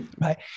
Right